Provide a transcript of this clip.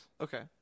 Okay